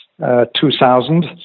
2000